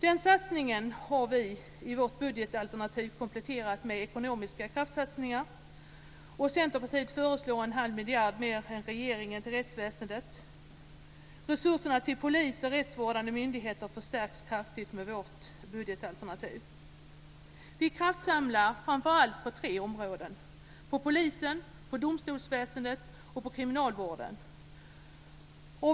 Den satsningen har vi i vårt budgetalternativ kompletterat med ekonomiska kraftsatsningar. Centerpartiet föreslår en halv miljard mer än regeringen till rättsväsendet. Resurserna till polis och rättsvårdande myndigheter förstärks kraftigt med vårt budgetalternativ. Vi kraftsamlar framför allt inom tre områden, inom polisen, inom domstolsväsendet och inom kriminalvården.